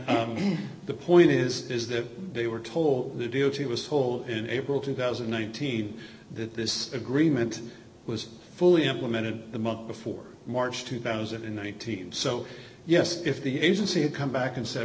and the point is is that they were told to do it he was told in april two thousand and nineteen that this agreement was fully implemented a month before march two thousand and nineteen so yes if the agency had come back and said